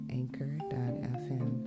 anchor.fm